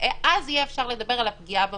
ואז יהיה אפשר לדבר על הפגיעה בפרטיות.